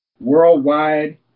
worldwide